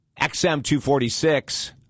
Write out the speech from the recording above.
XM246